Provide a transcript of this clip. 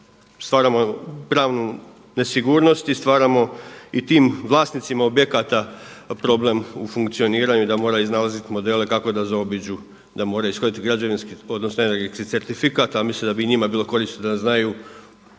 stvaramo pravnu nesigurnost i stvaramo i tim vlasnicima objekata problem u funkcioniranju, da mora iznalaziti modele kako da zaobiđu, da mora ishoditi građevinski odnosno energetski certifikat. A mislim da bi i njima bilo korisno da znaju